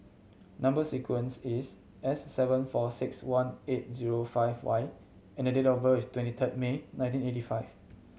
number sequence is S seven four six one eight zero five Y and date of birth is twenty third May nineteen eighty five